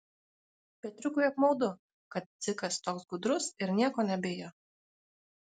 petriukui apmaudu kad dzikas toks gudrus ir nieko nebijo